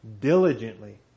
diligently